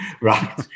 right